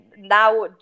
Now